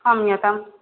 क्षम्यताम्